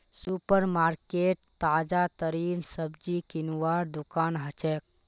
super market ताजातरीन सब्जी किनवार दुकान हछेक